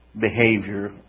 behavior